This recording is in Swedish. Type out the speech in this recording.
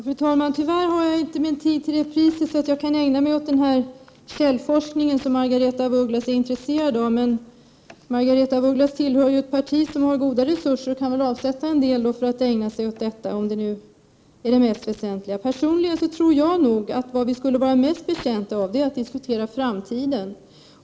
Fru talman! Min tid är tyvärr alltför dyrbar för att jag skall kunna ägna mig åt den källforskning som Margaretha af Ugglas är intresserad av, men Margaretha af Ugglas tillhör ju ett parti som har goda resurser och därför kan avsätta tid för att ägna sig åt detta, om det nu är det mest väsentliga. Personligen tror jag att vi skulle vara mest betjänta av att diskutera framtiden.